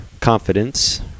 confidence